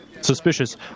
suspicious